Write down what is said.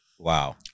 Wow